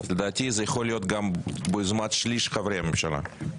לדעתי זה יכול להיות גם ביוזמת שליש מחברי הממשלה.